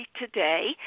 today